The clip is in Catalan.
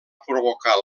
provocar